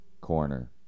Corner